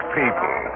people